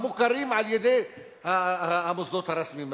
המוכרים על-ידי המוסדות הרשמיים במדינה,